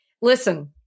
Listen